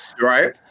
Right